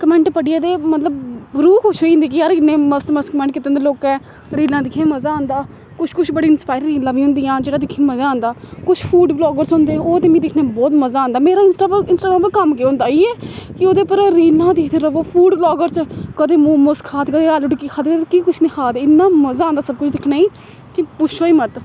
comment पढ़ियै ते मतलब रूह् खुश होई जंदी कि यार इन्ने मस्त मस्त कमैंट कीते दे लोकें रीलां दिक्खियै मजा आंदा कुछ कुछ बड़ी इंसाप्यर रीलां बी होंदियां जेह्ड़ा दिक्खने गी मजा आंदा कुछ फूड ब्लॉगर्स होंदे ओह् ते मिगी दिक्खने बोह्त मजा आंदा मेरा इंस्टाग्राम इंस्टाग्राम पर कम्म केह् होंदा इ'यै कि ओह्दे उप्पर रीलां दिखदे रवो फूड ब्लॉगर्स कदें मोमोजस खा दे कदें आलू टिक्की खा दे केह् कुछ निं खा दे इन्ना मजा आंदा सब कुछ दिक्खने गी कि पुच्छो ई मत